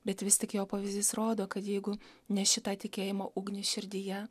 bet vis tik jo pavyzdys rodo kad jeigu neši tą tikėjimo ugnį širdyje